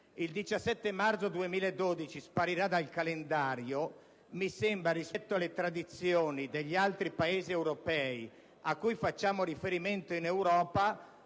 il 17 marzo 2012 sparirà dal calendario mi sembra, anche rispetto alle tradizione degli altri Paesi europei a cui facciamo riferimento, un dato